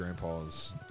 grandpa's